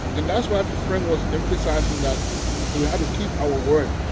and that's why frank was emphasizing that we had to keep our word.